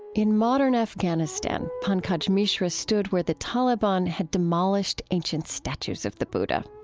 in modern afghanistan, pankaj mishra stood where the taliban had demolished ancient statues of the buddha.